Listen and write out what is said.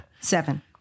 Seven